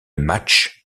match